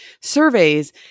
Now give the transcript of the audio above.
surveys